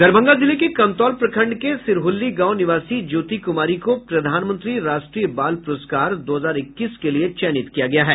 दरभंगा जिले के कमतौल प्रखंड के सिरहुल्ली गांव निवासी ज्योति कुमारी को प्रधानमंत्री राष्ट्रीय बाल पुरस्कार दो हजार इक्कीस के लिए चयनित किया गया है